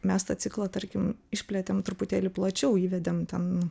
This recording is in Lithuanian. mes tą ciklą tarkim išplėtėm truputėlį plačiau įvedėm ten